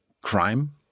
crime